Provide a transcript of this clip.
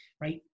right